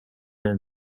and